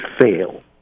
fail